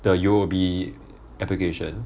the U_O_B application